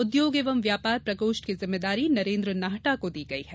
उद्योग एवं व्यापार प्रकोष्ठ की जिम्मेदारी नरेन्द्र नाहटा को दी गयी है